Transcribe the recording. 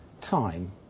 Time